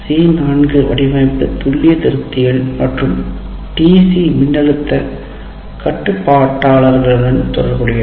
C 4 வடிவமைப்பு துல்லிய திருத்திகள் மற்றும் டிசி மின்னழுத்த கட்டுப்பாட்டாளர்களுடன் தொடர்புடையது